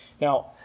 Now